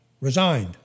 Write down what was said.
resigned